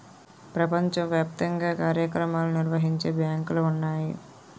ప్రపంచ వ్యాప్తంగా కార్యక్రమాలు నిర్వహించే బ్యాంకులు ఉన్నాయి